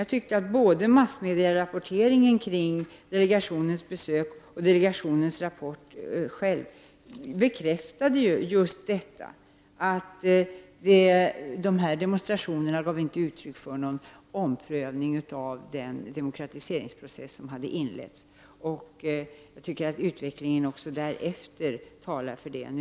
Jag tycker att både massmediarapporteringen kring delegationens besök och delegationens rapport bekräftade att demonstrationerna inte medförde någon omprövning av den demokratiseringsprocess som hade inletts. Även utvecklingen därefter talar i samma riktning.